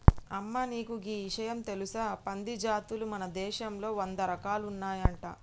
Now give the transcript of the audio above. అమ్మ నీకు గీ ఇషయం తెలుసా పంది జాతులు మన దేశంలో వంద రకాలు ఉన్నాయంట